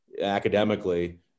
academically